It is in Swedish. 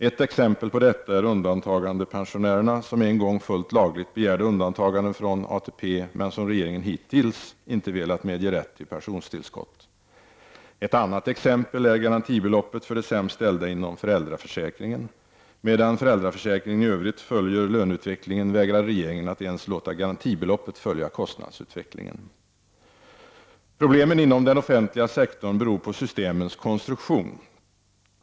Ett exempel på detta är undantagandepensionärerna som en gång fullt lagligt begärde undantagande från ATP men som regeringen hittills inte velat medge rätt till pensionstillskott. Ett annat exempel är garantibeloppet för de sämst ställda inom föräldraförsäkringen. Medan föräldraförsäkringen i övrigt följer löneutvecklingen, vägrar regeringen att ens låta garantibeloppet följa kostnadsutvecklingen. Problemen inom den offentliga sektorn beror på systemens konstruktion.